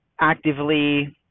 actively